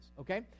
okay